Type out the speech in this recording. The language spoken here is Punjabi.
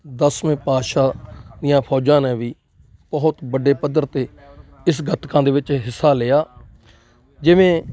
ਦਸਵੇਂ ਪਾਤਸ਼ਾਹ ਦੀਆਂ ਫੌਜਾਂ ਨੇ ਵੀ ਬਹੁਤ ਵੱਡੇ ਪੱਧਰ 'ਤੇ ਇਸ ਗੱਤਕਾ ਦੇ ਵਿੱਚ ਹਿੱਸਾ ਲਿਆ ਜਿਵੇਂ